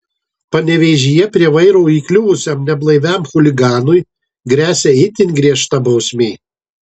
panevėžyje prie vairo įkliuvusiam neblaiviam chuliganui gresia itin griežta bausmė